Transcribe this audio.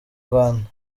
rwanda